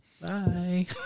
bye